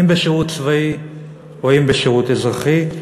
אם בשירות צבאי אם בשירות אזרחי,